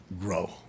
grow